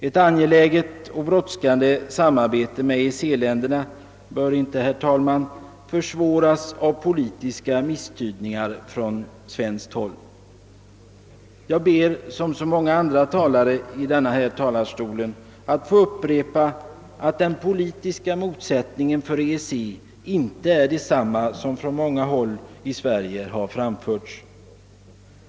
Ett angeläget och brådskande samarbete med EEC-länderna bör inte, herr talman, försvåras av politiska misstydningar från svenskt håll. Jag ber, liksom så många andra talare i denna talarstol, att få upprepa att den politiska målsättningen för EEC inte är den som man på många håll i Sverige har gjort gällande.